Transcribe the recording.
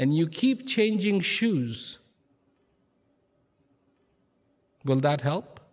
and you keep changing shoes will that help